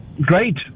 great